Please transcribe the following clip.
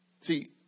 See